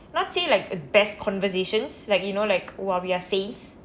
not say like the best conversations like you know like !wow! we are saints